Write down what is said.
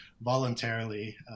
voluntarily